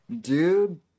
Dude